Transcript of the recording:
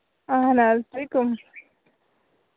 اَہَن حظ تُہۍ کٕم